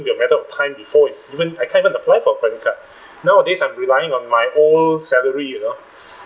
it would be a matter of time before it's even I can't even apply for credit card nowadays I'm relying on my old salary you know